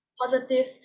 positive